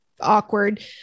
awkward